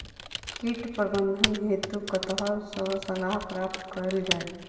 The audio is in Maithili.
कीट प्रबंधन हेतु कतह सऽ सलाह प्राप्त कैल जाय?